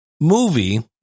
movie